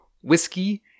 Whiskey